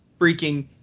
freaking